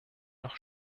noch